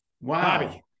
wow